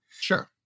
Sure